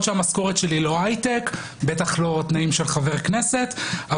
שהמשכורת שלי לא הייטק ובטח לא בתנאים של חבר כנסת.